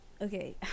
Okay